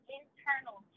internal